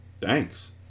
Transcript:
Thanks